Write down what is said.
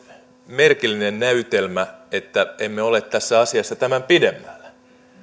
merkillinen näytelmä että emme ole tässä asiassa tämän pidemmällä